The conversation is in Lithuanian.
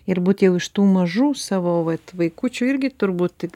ir būt jau iš tų mažų savo vat vaikučių irgi turbūt tik